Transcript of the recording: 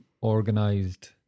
organized